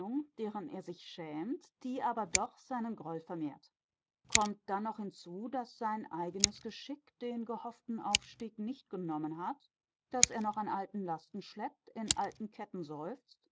deren er sich schämt die aber doch seinen groll vermehrt kommt dann noch hinzu daß sein eigenes geschick den gehofften aufstieg nicht genommen hat daß er noch an alten lasten schleppt in alten ketten seufzt